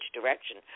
direction